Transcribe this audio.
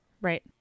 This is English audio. Right